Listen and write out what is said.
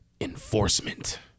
enforcement